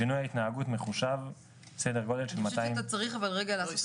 אני חושבת שאתה צריך רגע לעשות לנו